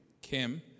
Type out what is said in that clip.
Kim